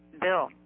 Bill